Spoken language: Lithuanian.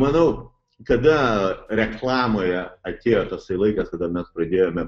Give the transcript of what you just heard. manau kada reklamoje atėjo tasai laikas kada mes pradėjome